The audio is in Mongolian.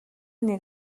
нэг